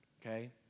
okay